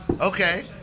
Okay